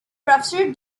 professor